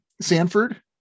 Sanford